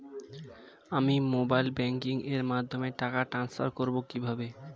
আমি mobile banking এর মাধ্যমে টাকা টান্সফার করব কিভাবে?